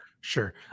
sure